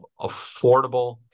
affordable